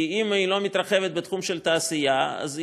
כי אם היא לא מתרחבת בתחום של התעשייה אז